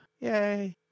Yay